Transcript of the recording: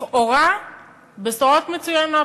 לכאורה בשורות מצוינות,